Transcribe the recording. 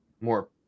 more